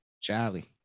charlie